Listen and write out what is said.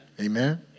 Amen